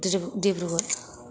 Dibrugarh